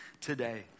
today